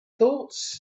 thoughts